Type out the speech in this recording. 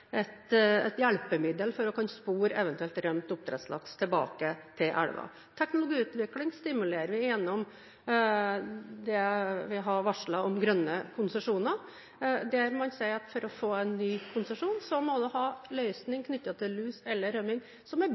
hjelpemiddel for å kunne spore eventuelt rømt oppdrettslaks i elver. Teknologiutvikling stimulerer vi til ved det vi har varslet om grønne konsesjoner. Man sier at for å få en ny konsesjon, må man ha en løsning knyttet til lus eller rømming som er